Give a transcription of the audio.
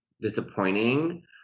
disappointing